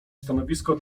stanowisko